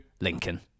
Lincoln